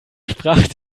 sprach